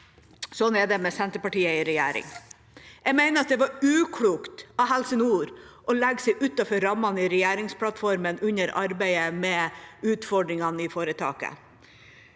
Sånn er det med Senterpartiet i regjering. Jeg mener det var uklokt av Helse nord å legge seg utenfor rammene i regjeringsplattformen under arbeidet med utfordringene i foretaket.